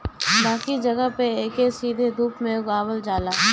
बाकी जगह पे एके सीधे धूप में उगावल जाला